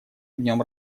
днем